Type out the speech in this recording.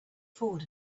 forward